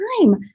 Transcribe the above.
time